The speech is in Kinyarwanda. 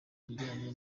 bijyanye